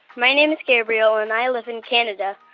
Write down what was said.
my name is gabriel, and i live in canada.